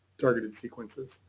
targeted sequences.